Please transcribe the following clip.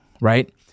right